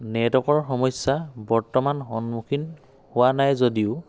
নেটৱৰ্কৰ সমস্যা বৰ্তমান সন্মুখীন হোৱা নাই যদিও